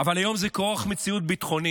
אבל היום זה כורח של מציאות ביטחונית.